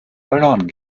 verloren